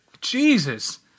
Jesus